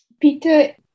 Peter